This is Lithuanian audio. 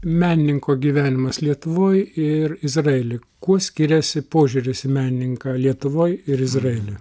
menininko gyvenimas lietuvoj ir izraely kuo skiriasi požiūris į menininką lietuvoj ir izraelyje